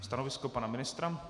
Stanovisko pana ministra?